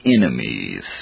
enemies